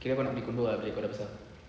kira kau nak beli condo ah bila kau dah besar